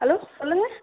hello சொல்லுங்கள்